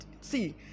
see